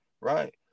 right